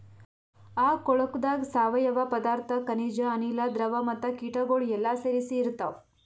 ಆ ಕೊಳುಕದಾಗ್ ಸಾವಯವ ಪದಾರ್ಥ, ಖನಿಜ, ಅನಿಲ, ದ್ರವ ಮತ್ತ ಕೀಟಗೊಳ್ ಎಲ್ಲಾ ಸೇರಿಸಿ ಇರ್ತಾವ್